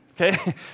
okay